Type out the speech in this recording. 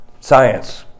Science